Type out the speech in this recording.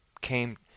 came